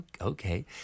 okay